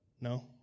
No